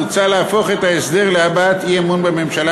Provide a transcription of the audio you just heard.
מוצע להפוך את ההסדר להבעת אי-אמון בממשלה